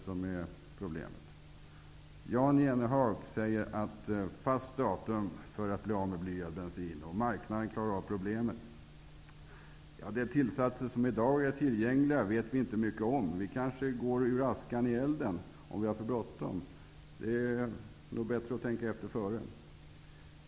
Jan Jennehag säger att det behövs ett fast datum för att man skall bli av med blyad bensin, och han menar att marknaden klarar av problemet. De tillsatser som i dag är tillgängliga vet vi inte mycket om. Vi kanske går ur askan i elden om vi har för bråttom. Det är nog bättre att tänka efter före.